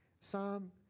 Psalm